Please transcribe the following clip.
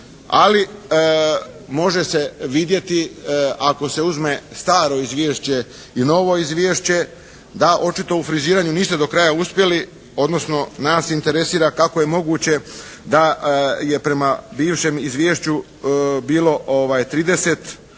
ali može se vidjeti ako se uzme staro izvješće i novo izvješće da očito u friziranju niste do kraja uspjeli, odnosno nas interesira kako je moguće da je prema bivšem izvješću bilo 30